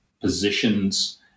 positions